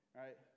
right